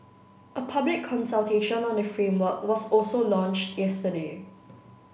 a public consultation on the framework was also launched yesterday